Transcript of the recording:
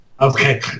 Okay